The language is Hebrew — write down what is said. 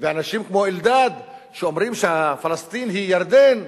ואנשים כמו אלדד, שאומרים שפלסטין היא ירדן,